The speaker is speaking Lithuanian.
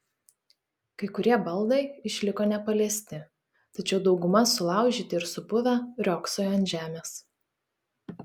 kai kurie baldai išliko nepaliesti tačiau dauguma sulaužyti ir supuvę riogsojo ant žemės